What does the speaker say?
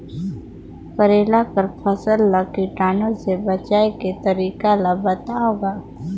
करेला कर फसल ल कीटाणु से बचाय के तरीका ला बताव ग?